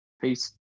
Peace